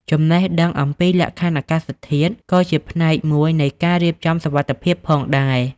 ចំណេះដឹង អំពីលក្ខខណ្ឌអាកាសធាតុ ក៏ជាផ្នែកមួយនៃការរៀបចំសុវត្ថិភាពផងដែរ។